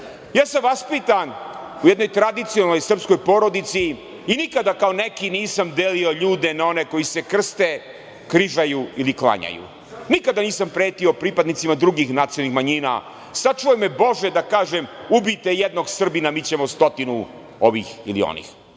sam vaspitan u jednoj tradicionalnoj srpskoj porodici i nikada kao neki nisam delio ljude na one koji se krste, križaju ili klanjaju. Nikada nisam pretio pripadnicima drugih nacionalnih manjina. Sačuvaj me Bože da kažem, ubijte jednog Srbina, mi ćemo stotinu ovih ili onih.